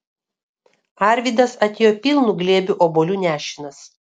arvydas atėjo pilnu glėbiu obuolių nešinas